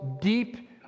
deep